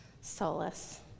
solace